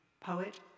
Poet